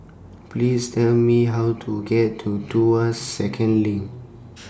Please Tell Me How to get to Tuas Second LINK